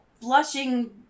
blushing